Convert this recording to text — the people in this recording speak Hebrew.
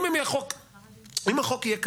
כאזרחים שווים.